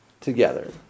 together